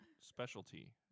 specialty